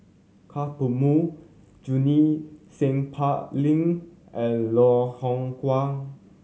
Ka Perumal Junie Sng Poh Leng and Loh Hoong Kwan